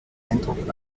eindruck